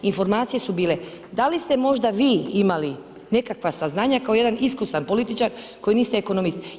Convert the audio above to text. Informacije su bile, da li ste možda vi imali nekakva saznanja kao jedan iskusan političar koji niste ekonomist?